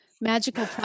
magical